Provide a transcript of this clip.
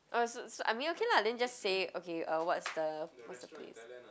oh so so I mean okay lah then just say it okay uh what's the what's the place